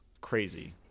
Crazy